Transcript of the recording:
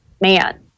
man